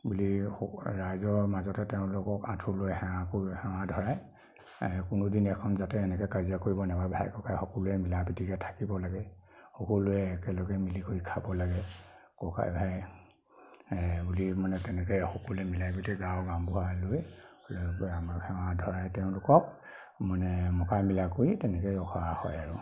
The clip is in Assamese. বুলি সক ৰাইজৰ মাজতে তেওঁলোকক আঁঠুলৈ সেআ কৰো সেআ ধৰায় কোনোদিনে এইখন যাতে এনেকে কাজিয়া কৰিব নেবাব ভাই ককাই সকলোৱে মিলা প্ৰীতিৰে থাকিব লাগে সকলোৱে একেলগে মিলি কৰি খাব লাগে ককাই ভাই বুলি মানে এনেকে সকলোৱে মিলাই মেলি গাঁৱৰ গাওঁবুঢ়া লৈ সেৱা ধৰাই তেওঁলোকক মানে মোকাবিলা কৰি তেনেকে ৰখা হয় আৰু